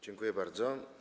Dziękuję bardzo.